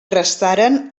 restaren